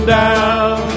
down